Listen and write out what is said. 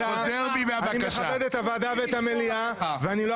אני מכבד את הוועדה ואת המליאה ואני לא